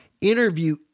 interview